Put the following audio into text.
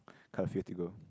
quite a few to go